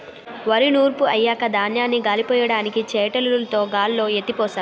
వరి నూర్పు అయ్యాక ధాన్యాన్ని గాలిపొయ్యడానికి చేటలుతో గాల్లో ఎత్తిపోస్తారు